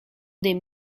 des